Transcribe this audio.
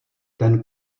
ten